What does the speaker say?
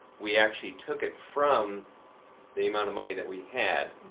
we actually took it from the amount of money that we had.